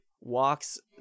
walks